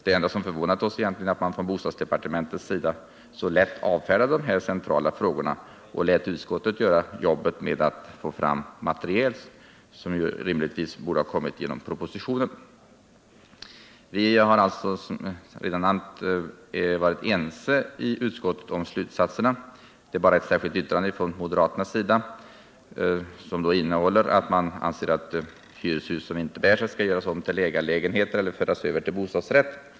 Det enda som förvånat oss är, att bostadsdepartementet så lätt avfärdade de här centrala frågorna och lät utskottet göra det grundläggande arbete som i normala fall borde ha redovisats i propositionen. Vi har alltså varit ense om slutsatserna i utskottet. Moderaterna har dock lagt till ett särskilt yttrande. Innehållet i detta är kort och gott, att hyreshus som inte bär sig skall göras om till ägarlägenheter eller föras över till bostadsrätt.